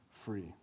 free